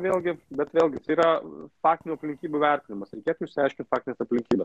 vėlgi bet vėlgi tai yra faktinių aplinkybių vertinimas reikėtų išsiaiškint faktnes aplinkybes